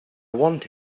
want